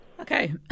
Okay